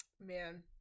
man